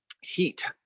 heat